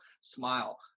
smile